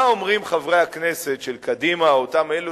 מה אומרים חברי הכנסת של קדימה, אותם אלה